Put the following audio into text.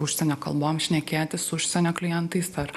užsienio kalbom šnekėtis su užsienio klientais ar